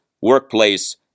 workplace